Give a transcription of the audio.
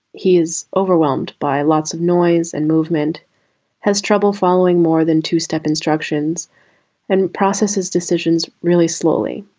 he is overwhelmed by lots of noise and movement has trouble following more than two step instructions and processes decisions really slowly.